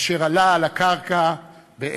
אשר עלה על הקרקע ב-1930,